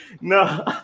No